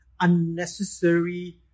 unnecessary